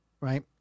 Right